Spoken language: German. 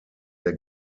der